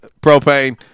Propane